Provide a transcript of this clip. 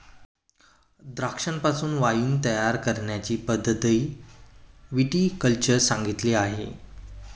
द्राक्षांपासून वाइन तयार करण्याची पद्धतही विटी कल्चर सांगितली आहे